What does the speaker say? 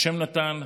ה' נתן,